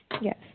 Yes